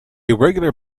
irregular